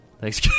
Thanks